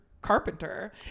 carpenter